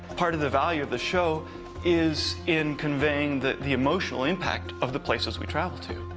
part of the value of the show is in conveying the the emotional impact of the places we travel to,